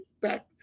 back